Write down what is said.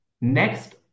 next